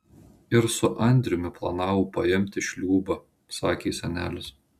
ir su andriumi planavo paimti šliūbą sakė senelis